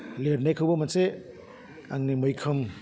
लिरनायखौबो मोनसे आंनि मैखोम